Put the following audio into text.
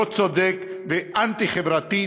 לא-צודק ואנטי-חברתי,